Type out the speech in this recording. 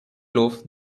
loaf